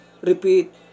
repeat